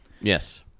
Yes